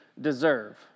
deserve